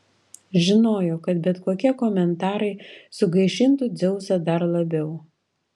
žinojo kad bet kokie komentarai sugaišintų dzeusą dar labiau